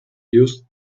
used